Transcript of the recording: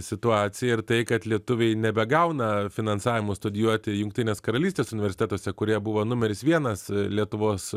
situacija ir tai kad lietuviai nebegauna finansavimo studijuoti jungtinės karalystės universitetuose kurie buvo numeris vienas lietuvos